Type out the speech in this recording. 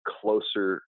closer